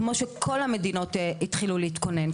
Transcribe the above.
כמו שכל המדינות התחילו להתכונן.